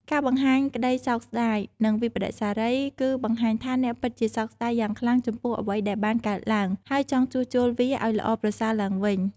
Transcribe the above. ការបង្ហាញក្តីសោកស្ដាយ និងវិប្បដិសារី គឺបង្ហាញថាអ្នកពិតជាសោកស្ដាយយ៉ាងខ្លាំងចំពោះអ្វីដែលបានកើតឡើង ហើយចង់ជួសជុលវាឱ្យល្អប្រសើរទ្បើងវិញ។